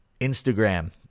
Instagram